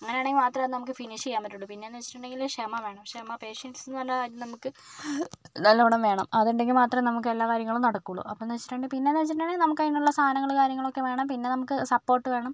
അങ്ങനെ ആണെങ്കിൽ മാത്രമേ നമുക്ക് ഫിനിഷ് ചെയ്യാൻ പറ്റുകയുള്ളൂ പിന്നെ എന്ന് വെച്ചിട്ടുണ്ടെങ്കിൽ ക്ഷമ വേണം ക്ഷമ പൈഷ്യൻസ് എന്ന് പറയുന്ന കാര്യം നമുക്ക് നല്ലവണ്ണം വേണം അത് ഉണ്ടെങ്കിൽ മാത്രമേ നമുക്ക് എല്ലാ കാര്യവും നടക്കുകയുള്ളൂ അപ്പോൾ എന്ന് വെച്ചിട്ടുണ്ടെങ്കിൽ പിന്നെ എന്ന് വെച്ചിട്ടുണ്ടെങ്കിൽ നമുക്ക് അതിനുള്ള സാധനങ്ങൾ കാര്യങ്ങളൊക്കെ വേണം പിന്നെ നമുക്ക് സപ്പോർട്ട് വേണം